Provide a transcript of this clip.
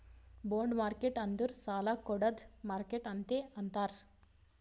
bond market ಅಂದುರ್ ಸಾಲಾ ಕೊಡ್ಡದ್ ಮಾರ್ಕೆಟ್ ಅಂತೆ ಅಂತಾರ್